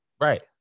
Right